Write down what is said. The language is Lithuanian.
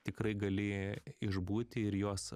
tikrai gali išbūti ir juos